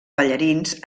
ballarins